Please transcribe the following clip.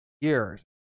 years